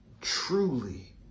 truly